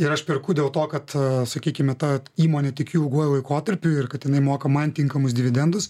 ir aš perku dėl to kad sakykime ta įmone tikiu ilguoju laikotarpiu ir kad jinai moka man tinkamus dividendus